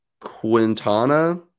Quintana